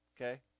Okay